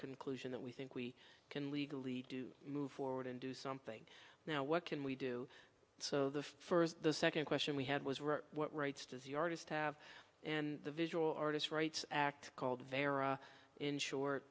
conclusion that we think we can legally do move forward and do something now what can we do so the first the second question we had was were what rights does the artist have and the visual artists rights act called vera in short